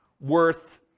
worth